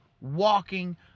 walking